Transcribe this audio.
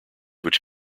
which